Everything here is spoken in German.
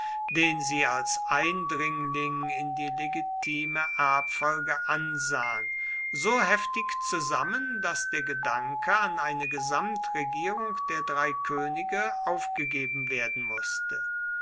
den sie als eindringling in die legitime erbfolge ansahen so heftig zusammen daß der gedanke an eine gesamtregierung der drei könige aufgegeben werden mußte